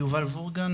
יובל וורגן,